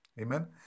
Amen